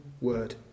word